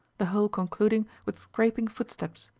the whole concluding with scraping footsteps,